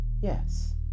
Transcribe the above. Yes